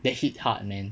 that hit hard man